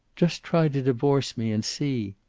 just try to divorce me, and see!